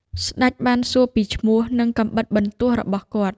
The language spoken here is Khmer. ស្ដេចបានសួរពីឈ្មោះ និងកាំបិតបន្ទោះរបស់គាត់។